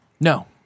No